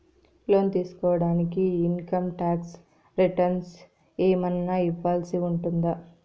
లోను తీసుకోడానికి income tax returns ఏమన్నా ఇవ్వాల్సి ఉంటుందా